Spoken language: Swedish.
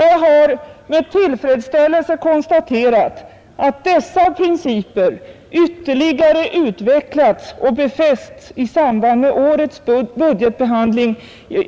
Jag har med tillfredsställelse konstaterat att dessa principer ytterligare utvecklats och befästs i samband med årets budgetbehandling